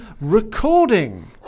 recording